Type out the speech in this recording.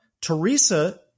Teresa